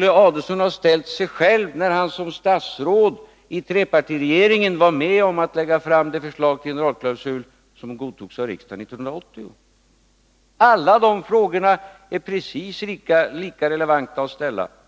Ulf Adelsohn ha ställt sig de här frågorna själv när han som statsråd i trepartiregeringen var med om att lägga fram det förslag till generalklausul som godtogs av riksdagen 1980. Alla de frågorna är precis lika relevanta att ställa i det sammanhanget.